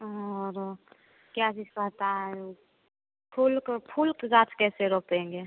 और क्या चीज पड़ता है ऊ फूल को फूल पे घास कैसे रोपेंगे